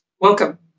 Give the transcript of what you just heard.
Welcome